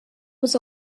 was